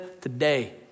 today